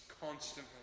constantly